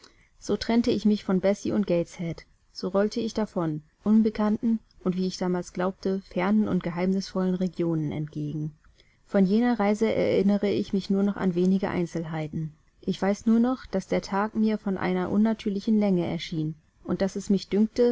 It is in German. so trennte ich mich von bessie und gateshead so rollte ich davon unbekannten und wie ich damals glaubte fernen und geheimnisvollen regionen entgegen von jener reise erinnere ich mich nur noch an wenige einzelheiten ich weiß nur noch daß der tag mir von einer unnatürlichen länge erschien und daß es mich dünkte